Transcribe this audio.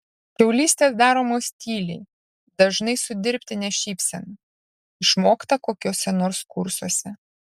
kiaulystės daromos tyliai dažnai su dirbtine šypsena išmokta kokiuose nors kursuose